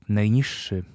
najniższy